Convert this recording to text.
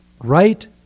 Right